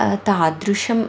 तादृशम्